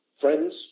friends